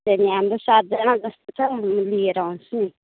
अनि हाम्रो सातजाना जस्तो छ म लिएर आउँछु नि